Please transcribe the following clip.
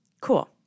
Cool